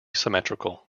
symmetrical